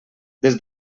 des